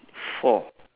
four